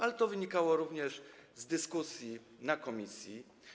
Ale to wynikało również z dyskusji w komisji.